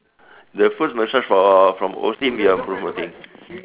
the foot massage for from Osim you are promoting